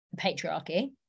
patriarchy